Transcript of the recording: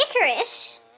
licorice